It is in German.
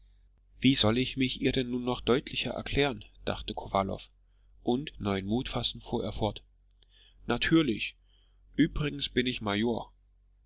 wie soll ich mich ihr denn noch deutlicher erklären dachte kowalow und neuen mut fassend fuhr er fort natürlich übrigens bin ich major